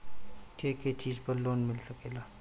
के के चीज पर लोन मिल सकेला?